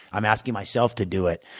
i'm asking myself to do it.